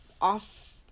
off